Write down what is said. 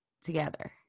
together